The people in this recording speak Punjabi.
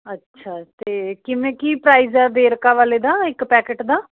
ਅੱਛਾ ਤੇ ਕਿਵੇਂ ਕੀ ਪ੍ਰਾਈਜ ਐ ਵੇਰਕਾ ਵਾਲੇ ਦਾ ਇੱਕ ਪੈਕਟ ਦਾ